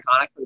iconic